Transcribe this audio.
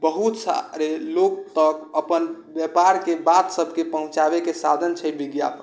बहुत सारे लोक तक अपन व्यापारके बात सबके पहुँचाबैके साधन छै विज्ञापन